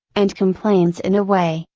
and complains in a way,